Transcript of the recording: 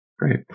Great